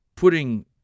putting